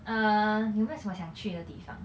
uh 你会有什么想去的地方